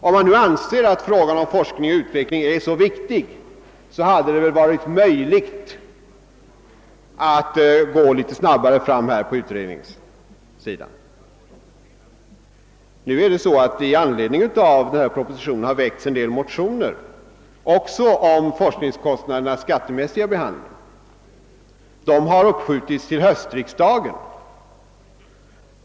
Om det nu anses att forskningsoch utvecklingsarbetet är så viktigt, så hade det väl varit möjligt att bedriva den utredningens arbete litet snabbare. I anledning av propositionen har det väckts en del motioner om forskningskostnadernas skattemässiga behandling, men dessa motioner har uppskjutits till höstriksdagen.